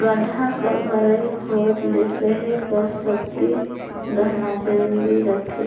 गाड़ा कर भरई होत ले सहे कर सकती रहना जरूरी रहथे